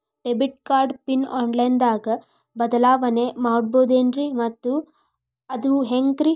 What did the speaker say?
Debit card pin online ದಾಗ ಬದಲಾವಣೆ ಮಾಡಬಹುದೇನ್ರಿ ಮತ್ತು ಅದು ಹೆಂಗ್ರಿ?